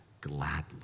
gladly